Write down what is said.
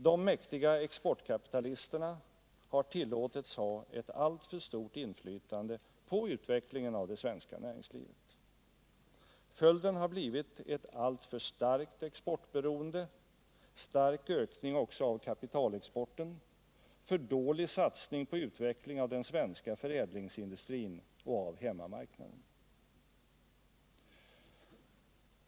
De mäktiga exportkapitalisterna har tillåtits ha ett alltför stort inflytande på utvecklingen av det svenska näringslivet. Följden har blivit ett alltför starkt exportberoende, stark ökning också av kapitalexporten, för dålig satsning på utveckling av den svenska förädlingsindustrin och av hemmamarknaden.